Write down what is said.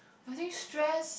I think stress